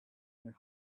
your